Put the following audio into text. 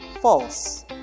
False